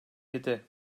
yedi